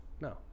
No